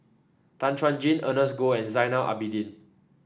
Tan Chuan Jin Ernest Goh and Zainal Abidin